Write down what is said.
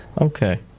okay